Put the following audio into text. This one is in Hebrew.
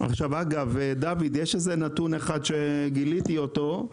יש נתון אחד שגיליתי אותו,